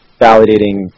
validating